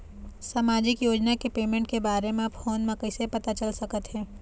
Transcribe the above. सामाजिक योजना के पेमेंट के बारे म फ़ोन म कइसे पता चल सकत हे?